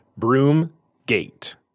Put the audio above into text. Broomgate